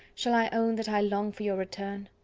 shall i own that i long for your return?